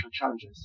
challenges